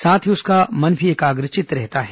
साथ ही उसका मन भी एकाग्रचित रहता है